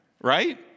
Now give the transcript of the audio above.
right